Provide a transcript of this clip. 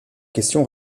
question